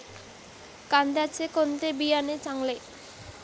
कांद्याचे कोणते बियाणे चांगले?